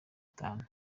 itanu